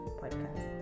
podcast